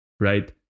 Right